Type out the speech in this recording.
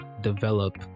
develop